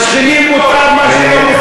לשכנים מותר מה שאתה לא מוכן לאחרים.